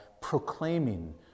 proclaiming